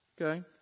okay